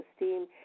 esteem